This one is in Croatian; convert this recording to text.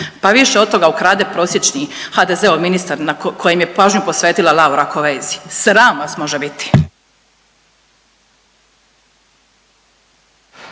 Pa više od toga ukrade prosječni HDZ-ov ministar kojem je pažnju posvetila Laura Kovesi. Sram vas može biti.